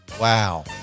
Wow